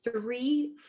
three